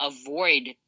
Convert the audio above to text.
avoid